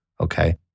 okay